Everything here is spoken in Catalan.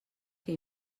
que